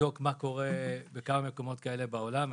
מה קורה בכמה מקומות בעולם.